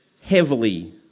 Heavily